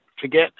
forget